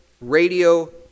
radio